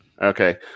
Okay